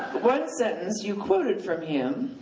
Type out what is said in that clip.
one sentence you quoted from him,